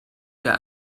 der